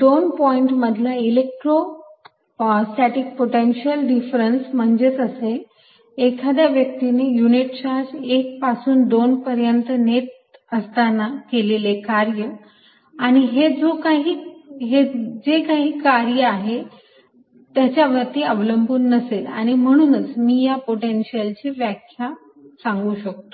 दोन पॉईंट मधला electrostatic potential difference म्हणजेच असेल एखाद्या व्यक्तीने युनिट चार्ज 1 पासून 2 पर्यंत नेत असताना केलेले कार्य आणि हे जो काही मार्ग आहे त्याच्यावरती अवलंबून नसेल आणि म्हणूनच मी या पोटेन्शिअलची व्याख्या सांगू शकतो